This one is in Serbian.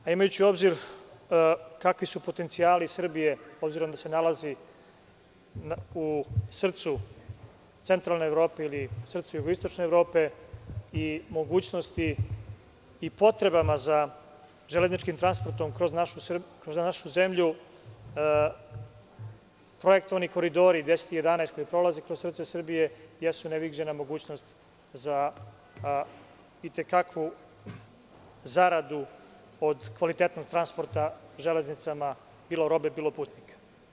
Imajući u obzir kakvi su potencijali Srbije, obziromda se nalazi u srcu centralne Evrope ili srcu jugoistočne Evrope i mogućnosti i potrebama za železničkim transportom kroz našu zemlju, projektovani koridori 10 i 11 koji prolaze kroz srce Srbije, jesu neviđena mogućnost za zaradu od kvalitetnog transporta železnicama, bilo robe, bilo putnika.